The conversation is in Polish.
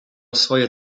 swoje